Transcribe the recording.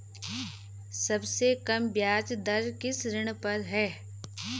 सबसे कम ब्याज दर किस ऋण पर है?